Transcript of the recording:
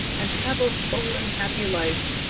and have a full and happy life,